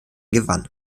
gewann